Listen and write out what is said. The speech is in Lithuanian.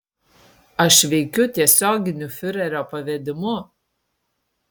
aš veikiu tiesioginiu fiurerio pavedimu